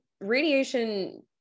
radiation